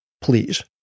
Please